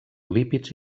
lípids